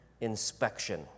inspection